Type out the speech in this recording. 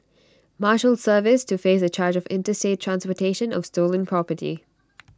marshals service to face A charge of interstate transportation of stolen property